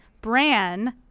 Bran